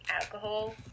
alcohol